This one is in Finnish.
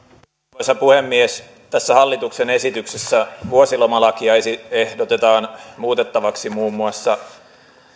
arvoisa puhemies tässä hallituksen esityksessä vuosilomalakia ehdotetaan muutettavaksi muun muassa